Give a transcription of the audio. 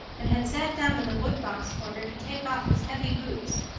and had sat down in the woodbox corner to take off his heavy boots,